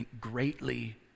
greatly